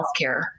healthcare